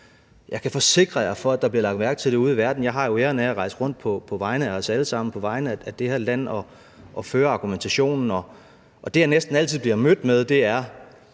Jeg kan forsikre jer for, at der bliver lagt mærke til det ude i verden. Jeg har jo æren af at rejse rundt på vegne af os alle sammen, på vegne af det her land, og føre argumentationen. Og det, jeg næsten altid bliver mødt med, er: